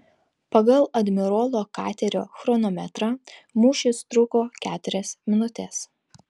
pagal admirolo katerio chronometrą mūšis truko keturias minutes